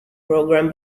program